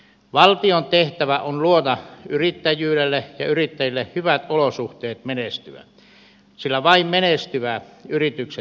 valtion tehtävä on luoda yrittäjyydelle ja yrittäjille hyvät olosuhteet menestyä sillä vain menestyvät yritykset työllistävät